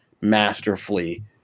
masterfully